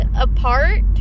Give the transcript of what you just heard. apart